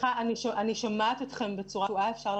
סליחה, אפשר לחזור על השאלה?